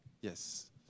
Yes